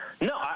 No